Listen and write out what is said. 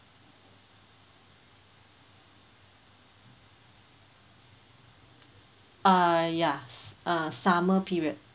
uh ya s~ uh summer period